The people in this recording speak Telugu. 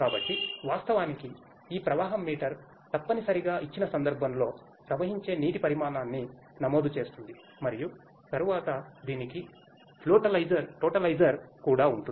కాబట్టి వాస్తవానికి ఈ ప్రవాహం మీటర్ తప్పనిసరిగా ఇచ్చిన సందర్భంలో ప్రవహించే నీటి పరిమాణాన్ని నమోదు చేస్తుంది మరియు తరువాత దీనికి టోటలైజర్ కూడా ఉంటుంది